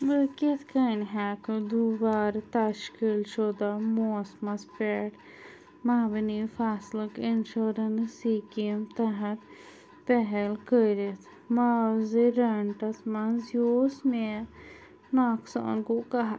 بہٕ کِتھٕ کٔنۍ ہٮ۪کہٕ دُبارٕ تشکیٖل شُدہ موسمس پٮ۪ٹھ مبنی فصلُک اِنشورنٕس سِکیٖم تحت پہل کٔرِتھ معازٕ رٮ۪نٛٹس منٛز یُس مےٚ نۄقصان گوٚو کہت